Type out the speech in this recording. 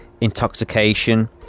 intoxication